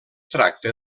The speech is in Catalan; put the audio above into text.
tracta